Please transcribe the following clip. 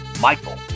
Michael